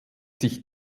sich